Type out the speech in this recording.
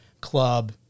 club